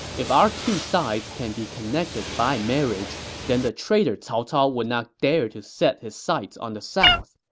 if our two sides can be connected by marriage, then the traitor cao cao would not dare to set his sights on the south.